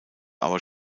aber